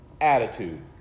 attitude